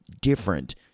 different